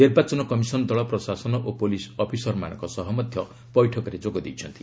ନିର୍ବାଚନ କମିଶନ ଦଳ ପ୍ରଶାସନ ଓ ପୁଲିସ୍ ଅଫିସରମାନଙ୍କ ସହ ମଧ୍ୟ ବୈଠକରେ ଯୋଗ ଦେଇଛନ୍ତି